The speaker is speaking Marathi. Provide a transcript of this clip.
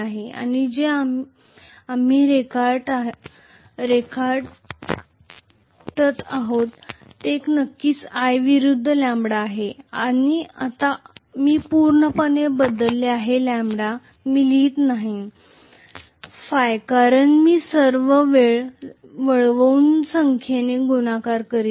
आणि जे आम्ही रेखाटत आहोत ते नक्कीच i विरुद्ध λ आहे आता मी पूर्णपणे बदलले आहे λ मी लिहित नाही ø कारण मी सर्व वेळ वळवून संख्येने गुणाकार करीत आहे